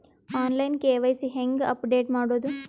On line KYC ಹೇಂಗ update ಮಾಡೋದು?